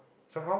so how